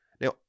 Now